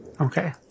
Okay